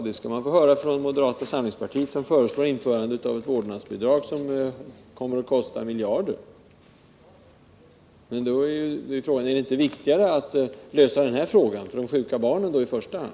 Det skall man få höra från moderata samlingspartiet, som föreslår införande av ett vårdnadsbidrag som kommer att kosta miljarder! Är det inte viktigare att i första hand ordna för de sjuka barnen?